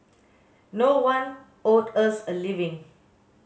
no one owed us a living